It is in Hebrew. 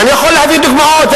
אני יכול להביא דוגמאות.